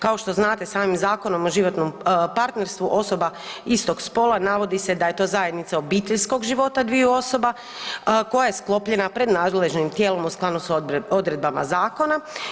Kao što znate samim Zakonom o životnom partnerstvu osoba istoga spola navodi se da je to zajednica obiteljskog života dviju osoba koja je sklopljena pred nadležnim tijelom u skladu s odredbama zakona.